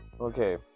Okay